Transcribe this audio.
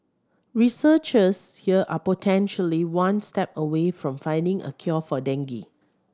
researchers here are potentially one step away from finding a cure for dengue